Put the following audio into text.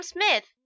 Smith